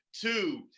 two